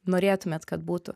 norėtumėt kad būtų